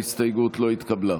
ההסתייגות לא נתקבלה.